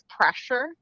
pressure